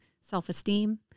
self-esteem